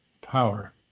power